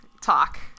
talk